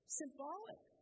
symbolic